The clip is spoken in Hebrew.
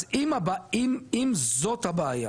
אז אם זאת הבעיה,